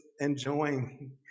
enjoying